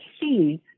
see